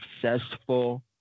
successful